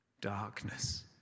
Darkness